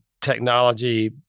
technology